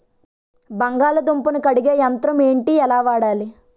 బంగాళదుంప ను కడిగే యంత్రం ఏంటి? ఎలా వాడాలి?